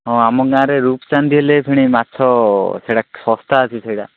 ହଁ ଆମ ଗାଁରେ ରୂପାଚାନ୍ଦି ହେଲେ ଫେଣି ମାଛ ସେଇଟା ଶସ୍ତା ଅଛି ସେଇଟା